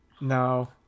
No